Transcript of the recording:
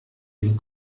dem